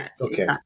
Okay